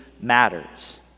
matters